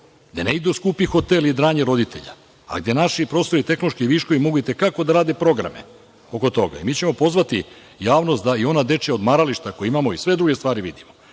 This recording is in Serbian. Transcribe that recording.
da ne idu skupi hoteli i dranje roditelja, a gde naši prosvetni i tehnološki viškovi mogu i te kako da rade programe oko toga. Mi ćemo pozvati javnost da i ona dečija odmarališta koja imamo i sve druge stvari